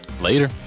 Later